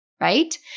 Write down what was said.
right